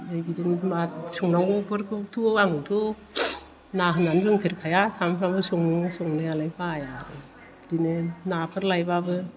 ओमफाय बिदिनो मा संनांगौफोरखौथ' आंथ' ना होननानै बुंफेरखाया सानफ्रामबो सङो संनायालाय बाया आरो बिदिनो नाफोर लायबाबो